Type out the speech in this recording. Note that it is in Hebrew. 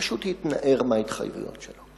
פשוט התנער מההתחייבויות שלו.